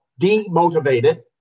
demotivated